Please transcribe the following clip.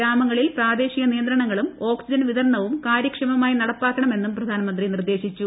ഗ്രാമങ്ങളിൽ പ്രാദേശിക നിയന്ത്രണങ്ങളും ഓക്സിജൻ വിതരണവും കാര്യക്ഷമമായി നടപ്പാക്കണമെന്നും പ്രധാനമന്ത്രി നിർദ്ദേശിച്ചു